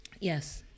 Yes